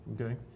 Okay